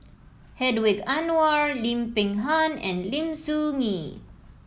Hedwig Anuar Lim Peng Han and Lim Soo Ngee